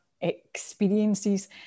experiences